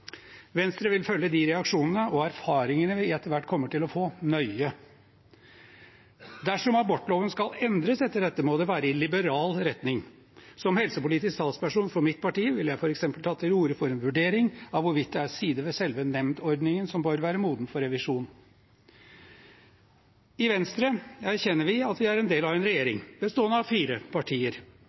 Venstre vil følge de reaksjonene og erfaringene vi etter hvert kommer til å få, nøye. Dersom abortloven skal endres etter dette, må det være i liberal retning. Som helsepolitisk talsperson for mitt parti vil jeg f.eks. ta til orde for en vurdering av hvorvidt det er sider ved selve nemndordningen som bør være moden for revisjon. I Venstre erkjenner vi at vi er en del av en regjering bestående av fire partier.